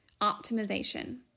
optimization